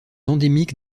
endémique